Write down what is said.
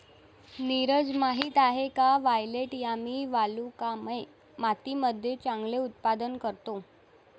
नीरज माहित आहे का वायलेट यामी वालुकामय मातीमध्ये चांगले उत्पादन करतो?